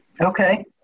Okay